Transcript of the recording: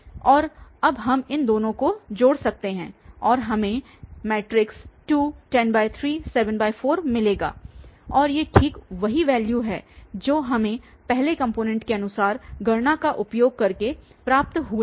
और अब हम इन दोनों को जोड़ सकते हैं और हमें 2 103 74 मिलेगा और ये ठीक वही वैल्यूस हैं जो हमें पहले कॉम्पोनेंट के अनुसार गणना का उपयोग करके प्राप्त हुए हैं